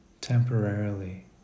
temporarily